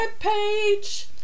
webpage